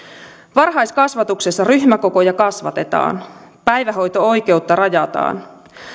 varhaiskasvatuksessa ryhmäkokoja kasvatetaan päivähoito oikeutta rajataan